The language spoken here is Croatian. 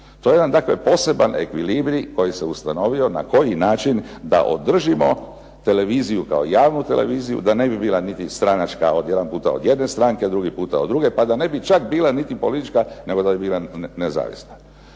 To je jedan dakle poseban ekvilibrij koji se ustanovio na koji način da održimo televiziju kao javnu televiziju da ne bi bila niti stranačka od jedan put od jedne strane, drugi puta od druge, pa da ne bi čak bila niti politička nego da bi bila nezavisna.